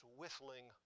whistling